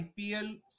IPL